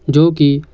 ਜੋ ਕਿ